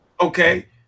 okay